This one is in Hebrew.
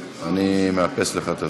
אני מאפס לך את הזמן.